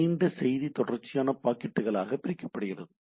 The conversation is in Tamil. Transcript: நீண்ட செய்தி தொடர்ச்சியான பாக்கெட்டுகளாக பிரிக்கப்பட்டுள்ளது